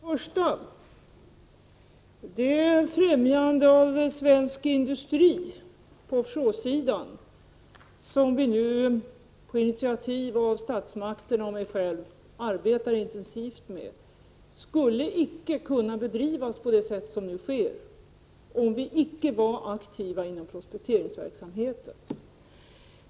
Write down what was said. Herr talman! Det är ett främjande av svensk industri på offshore-sidan som vi nu, på initiativ av statsmakterna och mig själv, arbetar intensivt med. Det skulle icke kunna bedrivas på det sätt som nu sker om vi icke var aktiva inom prospekteringsverksamheten.